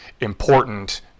Important